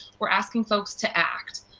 are asking folks to act.